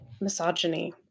misogyny